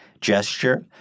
gesture